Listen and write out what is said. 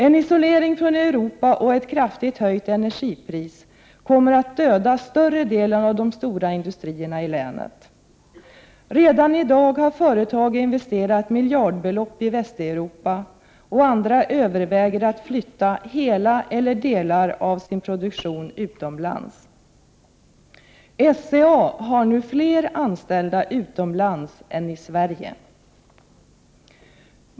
En isolering från Europa och en kraftig höjning av energipriset kommer att döda större delen av de stora industrierna i länet. Redan i dag har företag investerat miljardbelopp i Västeuropa, och andra företag överväger att flytta hela eller delar av sin produktion utomlands. SCA har nu fler anställda utomlands än i Sverige.